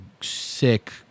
sick